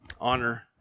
Honor